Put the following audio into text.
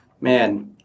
man